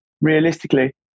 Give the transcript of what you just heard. realistically